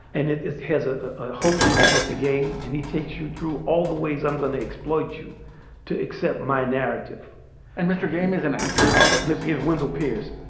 and it is his ah ah host called mr. game, and he takes you through all the ways i'm going to exploit you to accept my narrative and mr. game as an actor on mrs. wendell pierce.